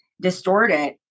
distorted